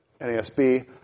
NASB